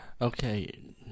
Okay